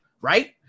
right